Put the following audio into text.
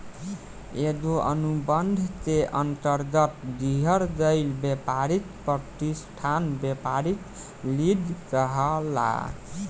एगो अनुबंध के अंतरगत दिहल गईल ब्यपारी प्रतिष्ठान ब्यपारिक लीज कहलाला